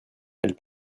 elle